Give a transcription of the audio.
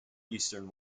eastern